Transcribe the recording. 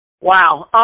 Wow